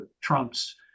Trump's